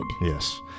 Yes